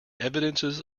evidences